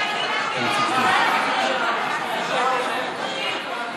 חוק שעות עבודה ומנוחה (תיקון,